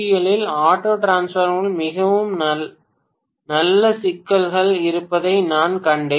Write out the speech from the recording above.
L இல் auto டிரான்ஸ்பார்மரில் மிகவும் நல்ல சிக்கல்கள் இருப்பதை நான் கண்டேன்